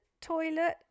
toilet